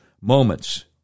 moments